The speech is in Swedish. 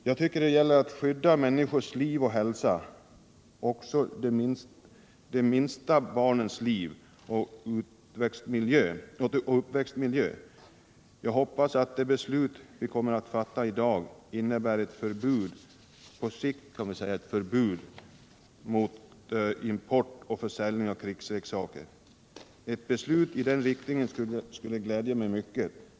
Jag tycker det är viktigt att skydda människors liv och hälsa; alltså även de minsta barnens livsoch uppväxtmiljö. Jag hoppas därför att det beslut vi kommer att fatta i dag på sikt skall innebära ett förbud mot import och försäljning av krigsleksaker. Ett beslut i den riktningen skulle glädja mig mycket.